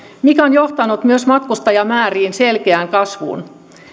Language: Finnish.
mikä on johtanut myös matkustajamäärien selkeään kasvuun